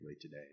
today